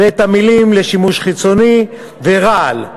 ואת המילים "לשימוש חיצוני" ו"רעל".